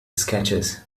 sketches